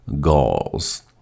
Gauls